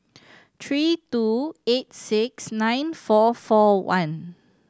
three two eight six nine four four one